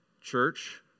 church